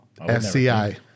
SCI